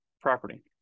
property